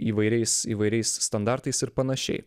įvairiais įvairiais standartais ir panašiai